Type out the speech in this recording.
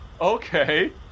Okay